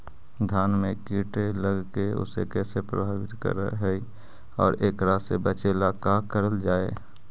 धान में कीट लगके उसे कैसे प्रभावित कर हई और एकरा से बचेला का करल जाए?